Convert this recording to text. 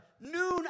noon